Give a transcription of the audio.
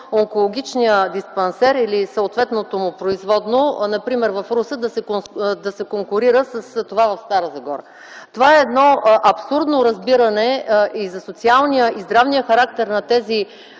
онкологичният диспансер или съответното му производно, например в Русе, да се конкурира с това в Стара Загора. Това е абсурдно разбиране за социалния и здравния характер на тези